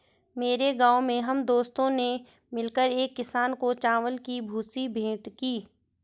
मेरे गांव में हम दोस्तों ने मिलकर एक किसान को चावल की भूसी भेंट की